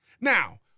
Now